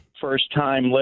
first-time